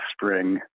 spring